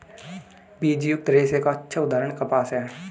बीजयुक्त रेशे का अच्छा उदाहरण कपास है